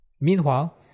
Meanwhile